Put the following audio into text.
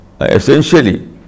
essentially